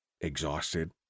exhausted